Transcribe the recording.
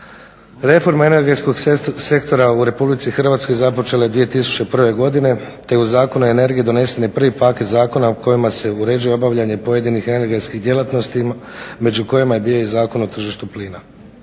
Reforma energetskog sektora u Republici Hrvatskoj započela je 2001. godine, te je uz Zakon o energiji donesen je i prvi paket zakona kojima se uređuje obavljanje pojedinih energetskih djelatnosti među kojima je bio i Zakon o tržištu plina.